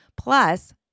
plus